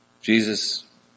Jesus